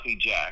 Jack